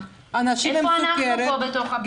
איפה אנחנו פה בתוך הפרופורציה הזו?